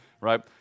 right